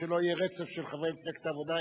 כדי שלא יהיה רצף של חברי מפלגת העבודה,